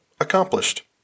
accomplished